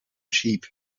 sheep